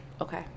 Okay